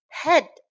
head